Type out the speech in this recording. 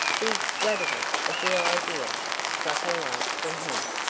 the extravagance of the idea struck a laugh from him.